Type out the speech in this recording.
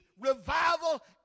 revival